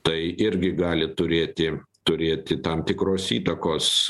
tai irgi gali turėti turėti tam tikros įtakos